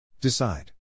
Decide